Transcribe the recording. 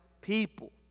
people